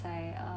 like a